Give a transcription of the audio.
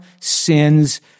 sins